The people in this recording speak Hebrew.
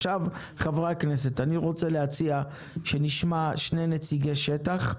חברי הכנסת, אני רוצה להציע שנשמע שני נציגי שטח,